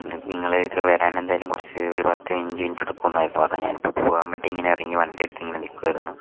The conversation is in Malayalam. അപ്പം നിങ്ങൾ ഇത് വരാനെന്തെങ്കിലും കുറച്ച് ഒരു പത്ത് പതിനഞ്ച് മിനിറ്റ് എടുക്കുമെന്ന് ആയിരുന്നു പറഞ്ഞത് ഞാൻ ഇപ്പം പോകാൻ വേണ്ടി ഇങ്ങനെ ഇറങ്ങി വണ്ടി എടുത്തിങ്ങനെ നിൽക്കുകയായിരുന്നു